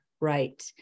right